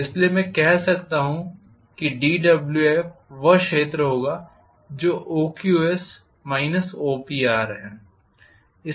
इसलिए मैं कह सकता हूँ कि dWf वह क्षेत्र होगा जो OQS ऋण OPRहै